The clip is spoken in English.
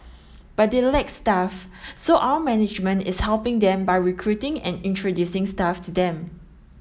but they lack staff so our management is helping them by recruiting and introducing staff to them